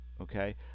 Okay